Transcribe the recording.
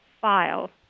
file